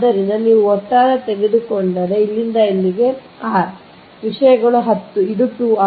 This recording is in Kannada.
ಆದ್ದರಿಂದ ನೀವು ಒಟ್ಟಾರೆ ತೆಗೆದುಕೊಂಡರೆ ಅದು ಇಲ್ಲಿಂದ ಇಲ್ಲಿಗೆ r ಈ ವಿಷಯಗಳು 10 ಇದು 2r